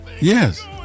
Yes